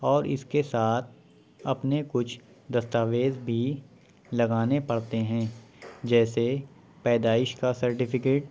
اور اس کے ساتھ اپنے کچھ دستاویز بھی لگانے پڑتے ہیں جیسے پیدائش کا سرٹیفکٹ